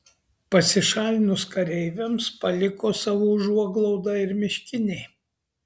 pasišalinus kareiviams paliko savo užuoglaudą ir miškiniai